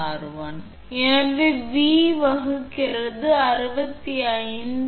5 ln எனவே V வருகிறது 65